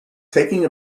taking